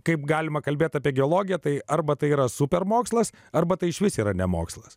kaip galima kalbėti apie geologiją tai arba tai yra super mokslas arba tai išvis yra ne mokslas